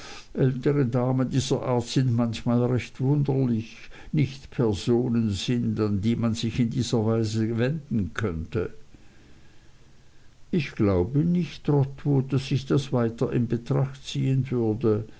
damen dieser art sind manchmal recht wunderlich nicht personen sind an die man sich in dieser weise wenden könnte ich glaube nicht trotwood daß ich das weiter in betracht ziehen würde